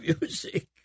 music